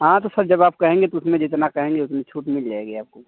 हाँ तो सर जब आप कहेंगे तो उसमें जितना कहेंगे उतनी छूट मिल जाएगी आपको